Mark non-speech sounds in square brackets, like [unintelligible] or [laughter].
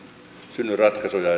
synny ratkaisuja [unintelligible]